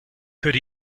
could